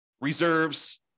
reserves